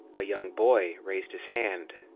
a young boy raised his hand.